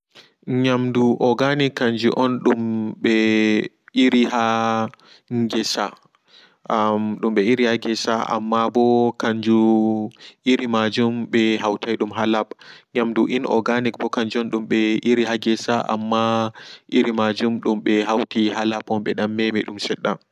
Nyamdu organic ganjun on dumɓe iri ha ngesa am dum ɓe iri ha ngesa ammaɓo kanjum iri maajum dumɓe hautai dum ha Laɓ nyamdu inorganic ɓo kanju jei ɓe iri ha gesa amma iri majum dumɓe hauti ha laɓ on ɓedan memi sedda.